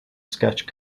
sketch